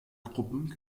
gruppen